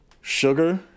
Sugar